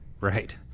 Right